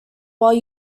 while